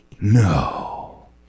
no